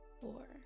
four